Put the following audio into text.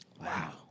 Wow